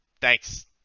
thanks